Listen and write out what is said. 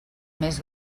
més